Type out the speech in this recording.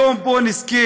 היום שבו נזכה